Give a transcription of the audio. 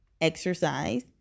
exercise